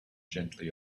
gently